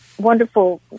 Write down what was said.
wonderful